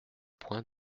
point